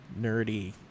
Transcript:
nerdy